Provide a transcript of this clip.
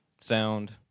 sound